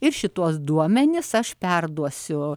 ir šituos duomenis aš perduosiu